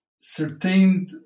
certain